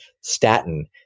statin